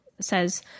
says